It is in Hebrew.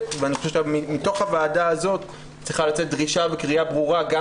ואני חושב שמתוך הוועדה הזאת צריכה לצאת דרישה וקריאה ברורה גם